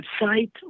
website